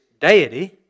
deity